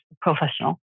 professional